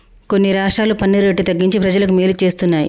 కొన్ని రాష్ట్రాలు పన్ను రేటు తగ్గించి ప్రజలకు మేలు చేస్తున్నాయి